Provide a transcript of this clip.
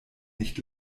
nicht